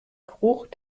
geruch